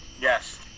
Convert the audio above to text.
yes